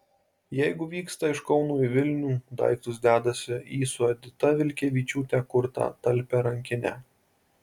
jeigu vyksta iš kauno į vilnių daiktus dedasi į su edita vilkevičiūte kurtą talpią rankinę